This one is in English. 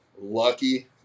lucky